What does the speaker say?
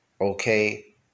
okay